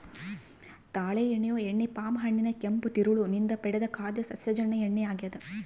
ತಾಳೆ ಎಣ್ಣೆಯು ಎಣ್ಣೆ ಪಾಮ್ ಹಣ್ಣಿನ ಕೆಂಪು ತಿರುಳು ನಿಂದ ಪಡೆದ ಖಾದ್ಯ ಸಸ್ಯಜನ್ಯ ಎಣ್ಣೆ ಆಗ್ಯದ